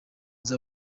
nzi